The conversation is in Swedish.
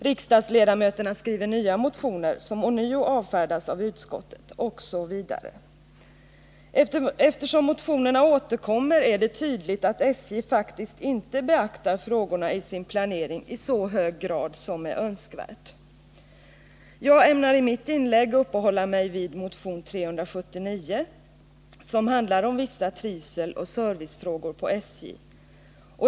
Riksdagsledamöterna skriver nya motioner som ånyo avfärdas av utskottet, osv. Eftersom motionerna återkommer, är det tydligt att SJ faktiskt inte beaktar frågorna i sin planering i så hög grad som är önskvärt. Jag ämnar i mitt inlägg uppehålla mig vid motion 379, som tar upp vissa frågor om trivsel och service på SJ.